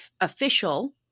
official